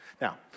Now